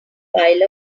pile